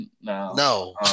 no